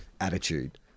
attitude